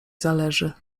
zależy